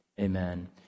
Amen